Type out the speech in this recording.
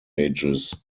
ages